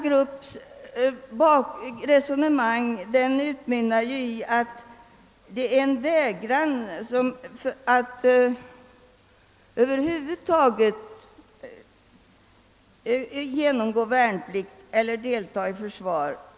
Gruppens agitation utmynnar i en uppmaning att vägra att genomgå värnpliktstjänstgöring eller över huvud taget delta i försvaret.